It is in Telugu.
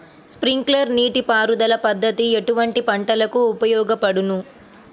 స్ప్రింక్లర్ నీటిపారుదల పద్దతి ఎటువంటి పంటలకు ఉపయోగపడును?